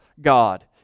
God